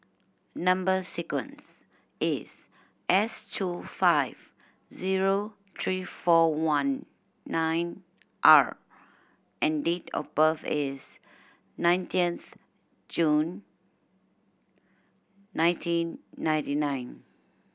number sequence is S two five zero three four one nine R and date of birth is nineteenth June nineteen ninety nine